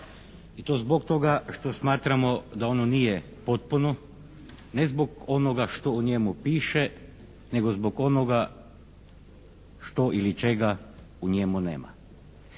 i to zbog toga što smatramo da ono nije potpuno, ne zbog onoga što u njemu piše, nego zbog onoga što ili čega u njemu nema.